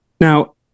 Now